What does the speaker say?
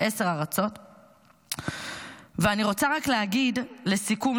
אני רוצה רק להגיד לסיכום,